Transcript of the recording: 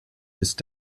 ist